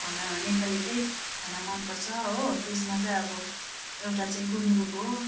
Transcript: खाना नेपालीकै खाना मनपर्छ हो त्यसमा चाहिँ अब एउटा चाहिँ गुन्द्रुक हो